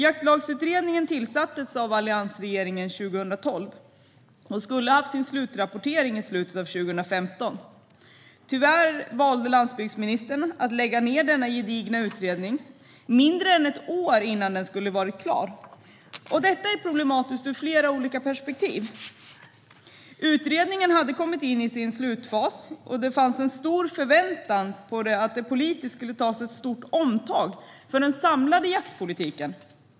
Jaktlagsutredningen tillsattes av alliansregeringen 2012 och skulle ha haft sin slutrapportering i slutet av 2015. Tyvärr valde landsbygdsminstern att lägga ned denna gedigna utredning mindre än ett år innan den skulle ha varit klar, och detta är problematiskt ur flera olika perspektiv. Utredningen hade kommit in i sin slutfas, och det fanns en stor förväntan på att det politiskt skulle tas ett stort omtag för den samlade jaktpolitiken.